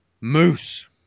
Moose